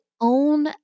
own